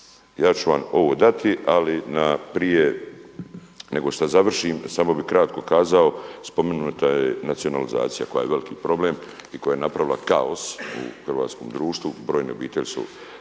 Ja ću vam ovo dati, ali prije nego što završim samo bih kratko kazao. Spomenuta je nacionalizacija koja je veliki problem i koja je napravila kaos u hrvatskom društvu. Brojne obitelji su